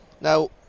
now